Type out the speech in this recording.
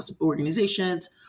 organizations